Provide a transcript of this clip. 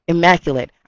Immaculate